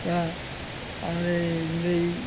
दा आरो बै